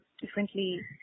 differently